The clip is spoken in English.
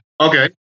Okay